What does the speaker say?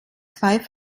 zwei